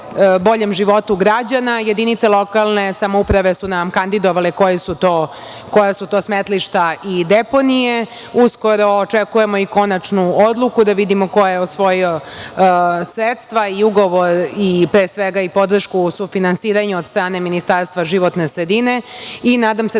boljem životu građana. Jedinice lokalne samouprave su nam kandidovale koja su to smetlišta i deponije. Uskoro očekujemo i konačnu odluku, da vidimo ko je osvojio sredstva, ugovor i, pre svega, podršku u sufinansiranju od strane Ministarstva životne sredine. Nadam se